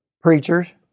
Preachers